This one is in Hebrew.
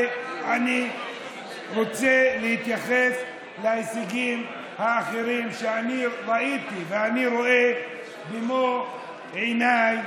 ואני רוצה להתייחס להישגים האחרים שאני ראיתי ואני רואה במו עיניי.